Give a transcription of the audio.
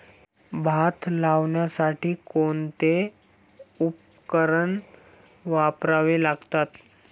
भात लावण्यासाठी कोणते उपकरण वापरावे लागेल?